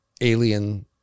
alien